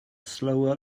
slower